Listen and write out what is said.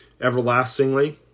Everlastingly